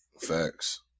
facts